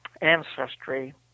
ancestry